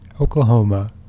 Oklahoma